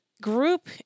group